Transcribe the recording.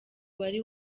wari